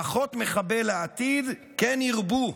פחות מחבל לעתיד, כן ירבו,